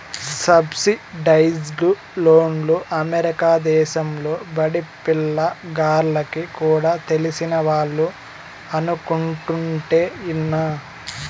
subsidised లోన్లు America దేశంలో బడిపిల్ల గాల్లకి కూడా తెలిసినవాళ్లు అనుకుంటుంటే ఇన్నా